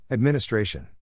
Administration